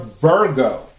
Virgo